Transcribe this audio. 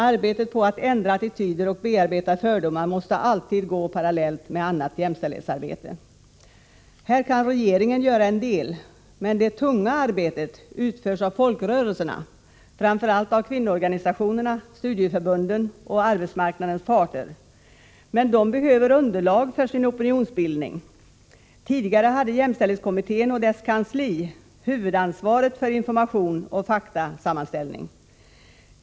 Arbetet på att ändra attityder och bearbeta fördomar måste alltid gå parallellt med annat jämställdhetsarbete. Här kan regeringen göra en del. Men det tunga arbetet utförs av folkrörelserna, framför allt av kvinnoorganisationerna, studieförbunden och arbetsmarknadens parter. Men de behöver underlag för sin opinionsbildning. Tidigare hade jämställdhetskommittén och dess kansli huvudansvaret för information och faktasammanställning.